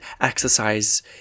exercise